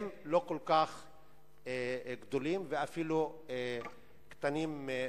הם לא כל כך גדולים, ואפילו קטנים מאוד.